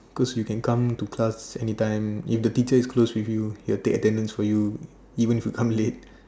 cause you can come to class anytime if the teacher is close with you he will take attendance for you even if you come late